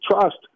trust